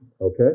Okay